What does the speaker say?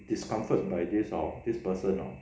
discomfort by this hor this person hor